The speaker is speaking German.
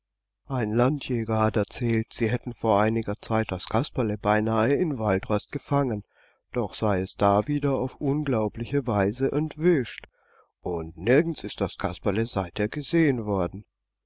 ein landjäger hat erzählt sie hätten vor einiger zeit das kasperle beinahe in waldrast gefangen doch sei es da wieder auf unglaubliche weise entwischt und nirgends ist das kasperle seitdem gesehen worden